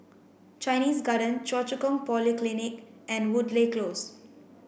Chinese Garden Choa Chu Kang Polyclinic and Woodleigh Close